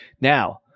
Now